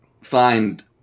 find